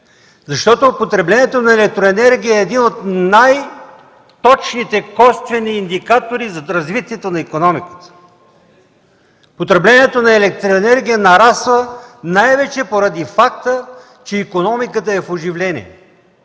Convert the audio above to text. Потреблението на електроенергия е един от най точните косвени индикатори за развитието на икономиката. Потреблението на електроенергия нараства най-вече, поради факта че икономиката е в оживление,